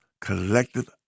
collective